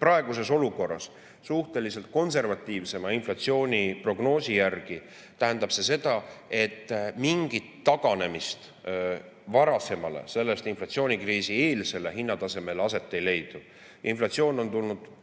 praeguses olukorras, suhteliselt konservatiivsema inflatsiooniprognoosi järgi tähendab see seda, et mingit taganemist varasemale, selle inflatsioonikriisi eelsele hinnatasemele aset ei leia. Praeguse parema teadmise